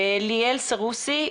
ליאל סרוסי,